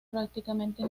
prácticamente